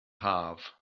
haf